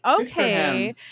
okay